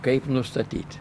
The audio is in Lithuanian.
kaip nustatyt